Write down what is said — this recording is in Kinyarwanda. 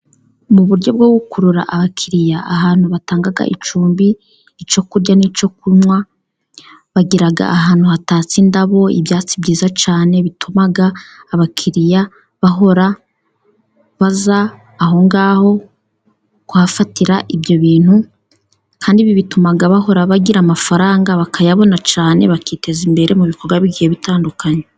Mu buryo bwo gukurura abakiriya ahantu batanga icumbi, icyo kurya n'icyo kunywa, bagira ahantu hatatse indabo, ibyatsi byiza cyane bituma abakiriya bahora baza aho kuhafatira ibyo bintu, kandi ibi bituma bahora bagira amafaranga bakayabona cyane bakiteza imbere mu bikorwa bi'igihe bitandukanye.